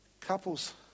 couples